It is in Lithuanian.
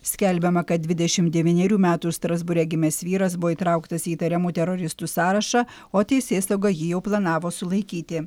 skelbiama kad dvidešim devynerių metų strasbūre gimęs vyras buvo įtrauktas į įtariamų teroristų sąrašą o teisėsauga jį jau planavo sulaikyti